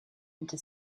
into